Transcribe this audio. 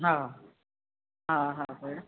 हा हा भेण